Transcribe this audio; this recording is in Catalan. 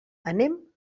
anem